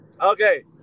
Okay